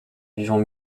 vivant